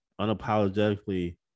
unapologetically